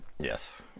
Yes